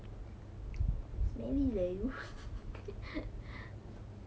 smelly though